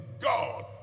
God